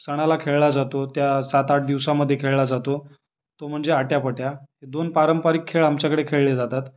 सणाला खेळला जातो त्या सातआठ दिवसामध्ये खेळला जातो तो म्हणजे आट्यापट्या हे दोन पारंपरिक खेळ आमच्याकडे खेळले जातात